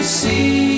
see